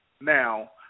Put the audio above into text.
now